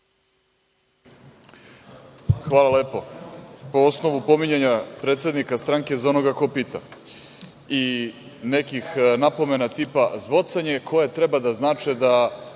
Hvala lepo. Po osnovu pominjanja predsednika stranke, za onoga ko pita, i nekih napomena tipa – zvocanje, koje treba da znače da